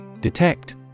Detect